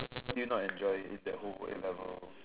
did you not enjoy in that whole a-levels